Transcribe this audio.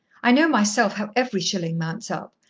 i know myself how every shilling mounts up.